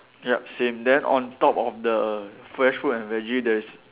yup same then on top of the fresh food and veggie there is